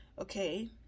okay